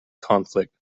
conflict